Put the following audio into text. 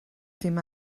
dim